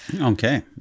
Okay